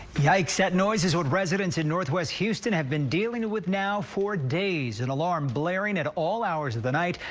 yikes at noise is what residents in northwest houston have been dealing with now four days and alarm blaring at all hours of the night,